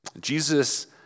Jesus